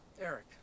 Eric